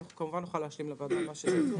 אנחנו כמובן נוכל להשלים לוועדה מה שתרצו.